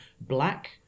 black